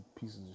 pieces